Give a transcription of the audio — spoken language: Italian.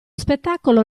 spettacolo